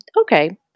okay